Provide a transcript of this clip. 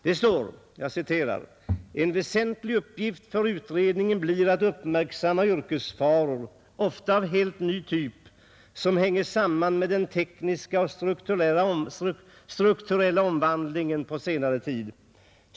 Där står: ”En väsentlig uppgift för utredningen blir att uppmärksamma yrkesfaror — ofta av helt ny typ — som hänger samman med den tekniska och strukturella utvecklingen på senare tid.